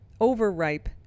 overripe